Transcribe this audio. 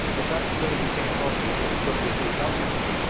it's not just going to be the same twelve people who show up to a city council meeting.